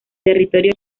territorio